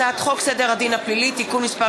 הצעת חוק סדר הדין הפלילי (תיקון מס'